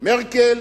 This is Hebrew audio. מרקל,